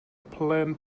plan